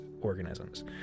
organisms